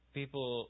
people